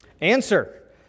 Answer